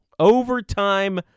Overtime